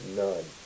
none